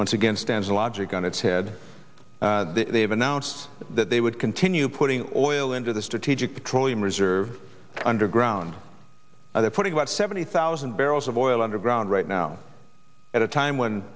once again stands logic on its head they have announced that they would continue putting oil into the strategic petroleum reserve underground either putting about seventy thousand barrels of oil underground right now at a time when